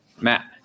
Matt